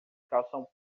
calção